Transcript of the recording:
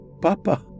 Papa